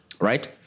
right